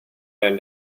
than